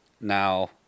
now